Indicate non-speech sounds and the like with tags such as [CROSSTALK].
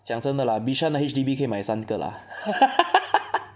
讲真的 lah Bishan 的 H_D_B 可以买三个 lah [LAUGHS]